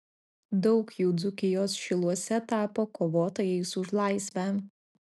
daug jų dzūkijos šiluose tapo kovotojais už laisvę